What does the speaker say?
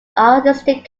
artistic